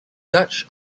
dutch